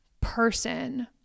person